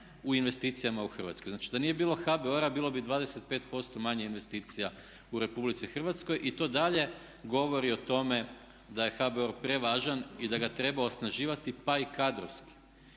u investicijama u Hrvatskoj. Znači da nije bilo HBOR-a bilo bi 25% manje investicija u RH i to dalje govori o tome da je HBOR prevažan i da ga treba osnaživati pa i kadrovski